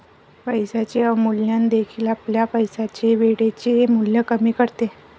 पैशाचे अवमूल्यन देखील आपल्या पैशाचे वेळेचे मूल्य कमी करते